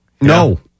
No